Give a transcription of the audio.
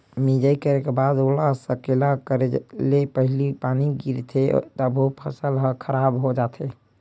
मिजई करे के बाद ओला सकेला करे ले पहिली पानी गिरगे तभो फसल ह खराब हो जाथे